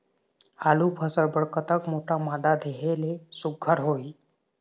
आलू फसल बर कतक मोटा मादा देहे ले सुघ्घर होही?